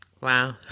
Wow